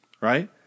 Right